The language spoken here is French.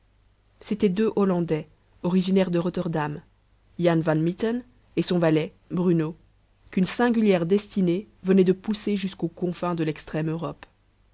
c'étaient deux hollandais originaires de rotterdam jan van mitten et son valet bruno qu'une singulière destinée venait de pousser jusqu'aux confins de l'extrême europe